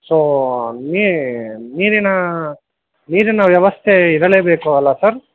so ನೀರಿನ ನೀರಿನ ವ್ಯವಸ್ಥೆ ಇರಲೇಬೇಕು ಅಲ್ಲಾ ಸರ್